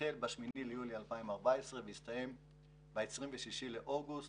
שהחל ב-8 ביולי 2014 והסתיים ב-26 באוגוסט